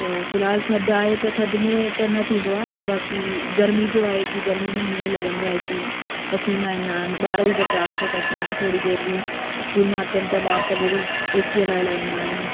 त फ़िलहालु थधि आहे त थधि में त न थींदो आहे बाक़ी गर्मी जो आहे कि गर्मी में हीअं लॻंदो आहे कि पसीना ईंदा आहिनि ॿार बि बर्दाश्त न कंदा आहिनि थोरी देरि बि स्कूल मां अचनि त ॿार तॾहिं बि ए सी हलाए लाहींदा आहिनि